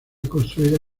construida